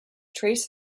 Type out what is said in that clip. trace